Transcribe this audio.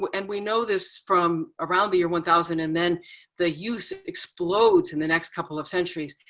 but and we know this from around the year one thousand, and then the use of explodes in the next couple of centuries.